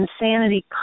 insanity